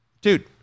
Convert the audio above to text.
Dude